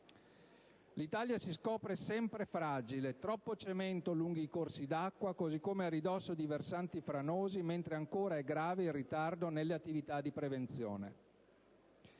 L'Italia si scopre sempre fragile: troppo cemento lungo i corsi d'acqua così come a ridosso di versanti franosi, mentre ancora è grave il ritardo nelle attività di prevenzione.